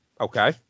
okay